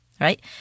right